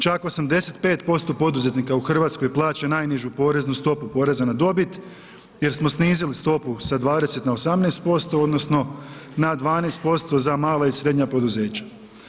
Čak 85% poduzetnika u Hrvatskoj plaća najnižu poreznu stopu poreza na dobit jer smo snizili stopu sa 20 na 18% odnosno na 12% za mala i srednja poduzeća.